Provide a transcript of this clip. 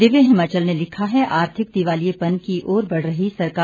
दिव्य हिमाचल ने लिखा है आर्थिक दिवालियेपन की ओर बढ़ रही सरकार